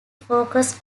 focus